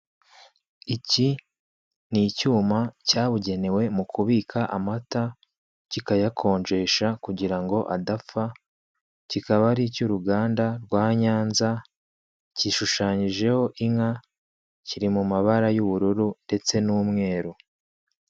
Iki n'icyuma cyabugenewe mukubika amata kikayakonjesha kugirango adapfa, kikaba aricy'uruganda rwa Nyanza gishushanyijeho inka, cyiri m'amabara y'ubururu ndetse n'umweru.